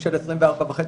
של 24 חודשים וחצי,